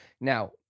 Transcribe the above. Now